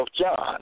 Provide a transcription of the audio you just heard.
John